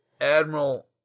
Admiral